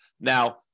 Now